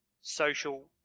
social